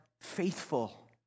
faithful